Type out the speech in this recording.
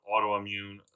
autoimmune